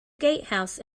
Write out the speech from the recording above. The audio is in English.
gatehouse